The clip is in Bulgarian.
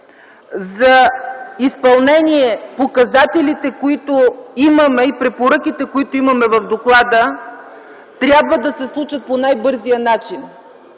за изпълнение на показателите и препоръките, които имаме в доклада, трябва да се случи по най-бързия начин.